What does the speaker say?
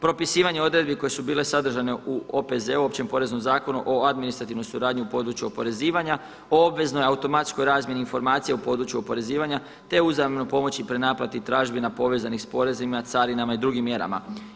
Propisivanje odredbi koje su bile sadržane u OPZ-u, Općem poreznom zakonu o administrativnoj suradnji u području oporezivanja, o obveznoj automatskoj razmjeni informacija u području oporezivanja, te uzajamnoj pomoći i prenaplati tražbina povezanih sa porezima, carinama i drugim mjerama.